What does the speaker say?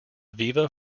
viva